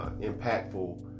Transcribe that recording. impactful